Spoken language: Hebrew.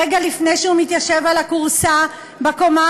רגע לפני שהוא מתיישב על הכורסה בקומה